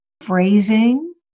phrasing